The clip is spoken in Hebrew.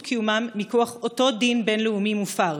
קיומם מכוח אותו דין בין-לאומי מופר.